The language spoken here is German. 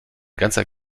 ganzer